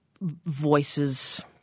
voices